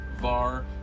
Var